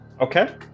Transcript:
Okay